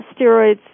steroids